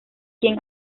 quien